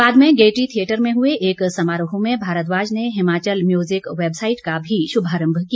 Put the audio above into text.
बाद में Gaiety theatre में हुए एक समारोह में भारद्वाज ने हिमाचल म्यूजिक वैबसाइट का भी शुभारम्भ किया